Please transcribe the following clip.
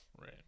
Right